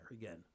again